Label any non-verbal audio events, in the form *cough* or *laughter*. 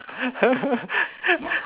*laughs*